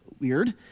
weird